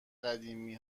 قدیمی